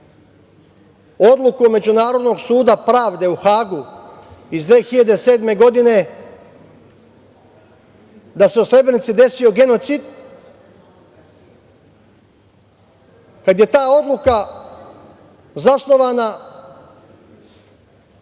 odluku Međunarodnog suda pravde u Hagu iz 2007. godine da se u Srebrenici desio genocid, kad je ta odluka zasnovana